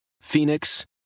Phoenix